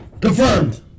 confirmed